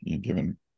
given